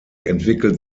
entwickelt